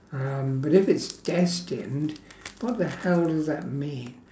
um but if it's destined what the hell does that mean